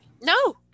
no